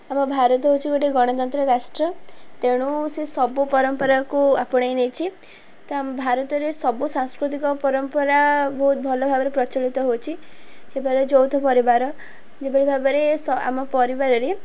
ଆମ ଭାରତ ହେଉଛି ଗୋଟେ ଗଣତନ୍ତ୍ର ରାଷ୍ଟ୍ର ତେଣୁ ସେ ସବୁ ପରମ୍ପରାକୁ ଆପଣେଇ ନେଇଛି ତ ଆମ ଭାରତରେ ସବୁ ସାଂସ୍କୃତିକ ପରମ୍ପରା ବହୁତ ଭଲ ଭାବରେ ପ୍ରଚଳିତ ହେଉଛି ସେଭଳି ଯୌଥ ପରିବାର ଯେଭଳି ଭାବରେ ଆମ ପରିବାରରେ